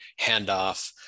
handoff